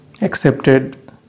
accepted